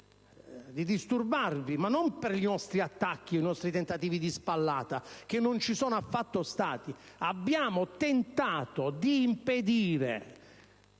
di disturbarvi, ma non per i nostri attacchi, per i nostri tentativi di spallata, che non ci sono stati affatto. Abbiamo tentato di impedire